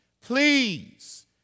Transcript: please